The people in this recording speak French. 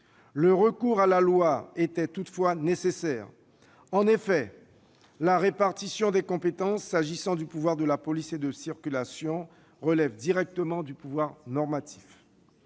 le recours à la loi était toutefois nécessaire. En effet, la répartition des compétences, s'agissant de la police de la circulation, relève directement du pouvoir normatif.